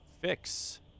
fix